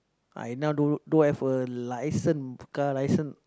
I now don't don't have a license car license